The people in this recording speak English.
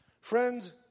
Friends